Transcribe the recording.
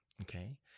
Okay